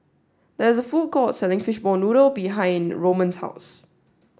there's a food court selling Fishball Noodle behind Roman's house